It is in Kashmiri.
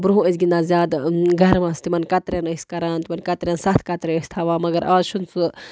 برٛونٛہہ ٲسۍ گِنٛدان زیادٕ گَرمَس تِمَن کَترٮ۪ن ٲ سۍ کَران تِمَن کَترٮ۪ن سَتھ کَترِ ٲسۍ تھاوان مگر اَز چھُنہٕ سُہ